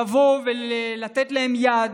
לבוא ולתת להן יד,